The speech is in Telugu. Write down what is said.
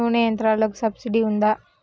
నూనె యంత్రాలకు సబ్సిడీ ఉందా?